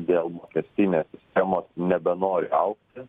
dėl mokestinės sistemos nebenori augti